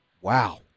Wow